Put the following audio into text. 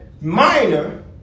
minor